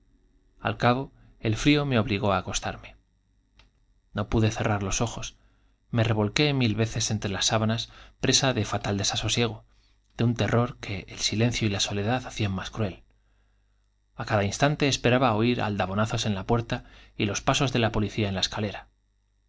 al cabo el frío á acostarme me obligó no pude los me mil veces cerrar ojos revolqué entre las sábanas presa de fatal desasosiego de un terror que el silencio y la soledad hacían más cruel a cada instante esperaba oir aldabonazos en la puerta y los pasó s de la policía en la escalera